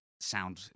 sound